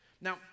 Now